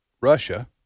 Russia